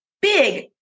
big